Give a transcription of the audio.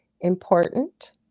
important